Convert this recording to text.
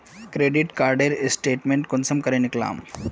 Credit कार्डेर statement कुंसम करे निकलाम?